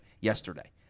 yesterday